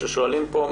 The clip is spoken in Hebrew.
שואלים פה,